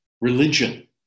religion